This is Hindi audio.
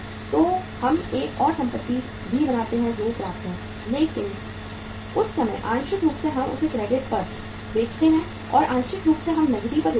तो हम एक और संपत्ति भी बनाते हैं जो प्राप्य है लेकिन उस समय आंशिक रूप से हम इसे क्रेडिट पर बेचते हैं और आंशिक रूप से हम नकदी पर बेचते हैं